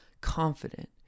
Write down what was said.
confident